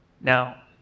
Now